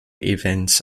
events